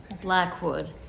Blackwood